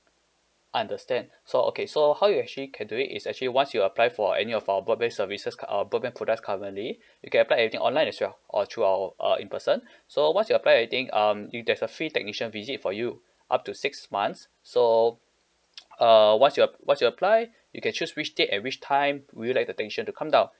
understand so okay so how you actually can do it is actually once you apply for any of our broadband services um broadband products currently you can apply everything online as well or through our uh in person so once you apply everything um it there's a free technician visit for you up to six months so uh once you once you apply you can choose which date and which time would you like the technician to come down